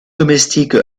domestiques